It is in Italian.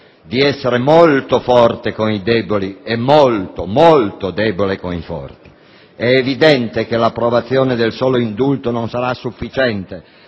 di essere molto forte con i deboli e molto, molto debole con i forti. È evidente che l'approvazione del solo indulto non sarà sufficiente